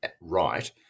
right